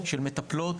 של מטפלות,